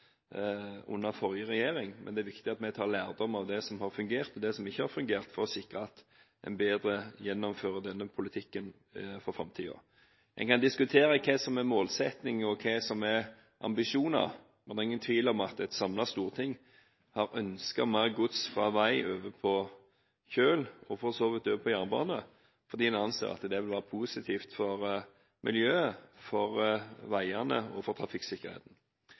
viktig at vi tar lærdom av det som har fungert, og det som ikke har fungert, for å sikre at en bedre gjennomfører denne politikken for framtiden. En kan diskutere hva som er målsettinger, og hva som er ambisjoner, men det er ingen tvil om at et samlet storting har ønsket mer gods fra vei over på kjøl og for så vidt over på jernbane, fordi en anser at det ville være positivt for miljøet, for veiene og for trafikksikkerheten.